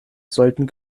sollten